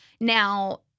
Now –